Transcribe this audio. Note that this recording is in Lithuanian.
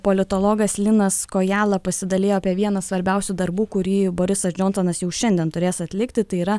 politologas linas kojala pasidalijo apie vieną svarbiausių darbų kurį borisas džonsonas jau šiandien turės atlikti tai yra